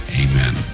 Amen